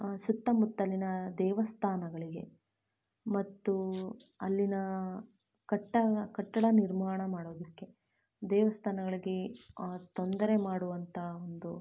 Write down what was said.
ಸುತ್ತಮುತ್ತಲಿನ ದೇವಸ್ಥಾನಗಳಿಗೆ ಮತ್ತು ಅಲ್ಲಿನ ಕಟ್ಟಡ ಕಟ್ಟಡ ನಿರ್ಮಾಣ ಮಾಡೋದಕ್ಕೆ ದೇವಸ್ಥಾನಗಳಿಗೆ ತೊಂದರೆ ಮಾಡುವಂಥ ಒಂದು